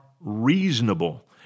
reasonable